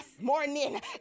morning